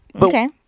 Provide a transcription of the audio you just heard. okay